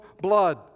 blood